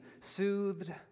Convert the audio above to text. soothed